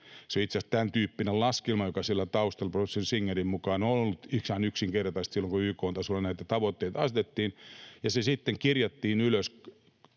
Se on itse asiassa tämäntyyppinen laskelma, joka siellä taustalla professori Singerin mukaan on ollut yksinkertaisesti silloin, kun YK:n tasolla näitä tavoitteita asetettiin, ja se sitten kirjattiin ylös